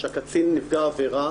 קצין נפגע עבירה,